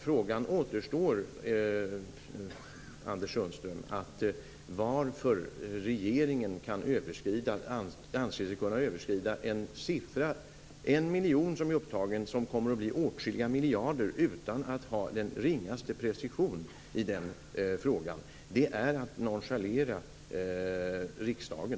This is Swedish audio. Frågan kvarstår, Anders Sundström: Varför anser sig regeringen kunna överskrida den summa på 1 miljon som är upptagen - och som kommer att bli åtskilliga miljarder - utan att ha den ringaste precision i frågan? Det är att nonchalera riksdagen.